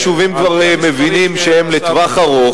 כיוון שהיישובים כבר מבינים שהם לטווח ארוך,